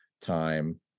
time